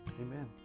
Amen